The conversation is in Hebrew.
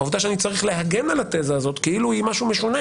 העובדה שאני צריך להגן על התזה הזאת כאילו היא משהו משונה